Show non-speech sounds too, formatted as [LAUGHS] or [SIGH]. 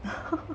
[LAUGHS]